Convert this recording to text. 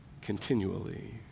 continually